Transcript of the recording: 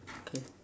okay